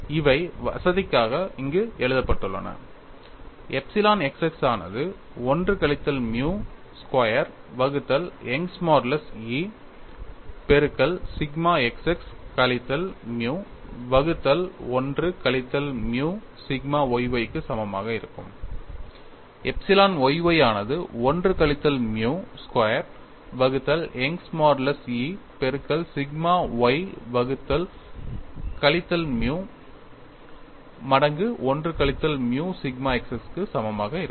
இவை வசதிக்காக இங்கு எழுதப்பட்டுள்ளன எப்சிலன் x x ஆனது 1 கழித்தல் மியூ ஸ்கொயர் வகுத்தல் யங்கின் மாடுலஸால் Youngs modulus E பெருக்கல் சிக்மா x x கழித்தல் மியூ வகுத்தல் 1 கழித்தல் மியூ சிக்மா y y க்கு சமமாக இருக்கும் எப்சிலன் y y ஆனது 1 கழித்தல் மியூ ஸ்கொயர் வகுத்தல் யங்கின் மாடுலஸால் Youngs modulus E பெருக்கல் சிக்மா y வகுத்தல் கழித்தல் மியூ மடங்கு 1 கழித்தல் மியூ சிக்மா x x க்கு சமமாக இருக்கும்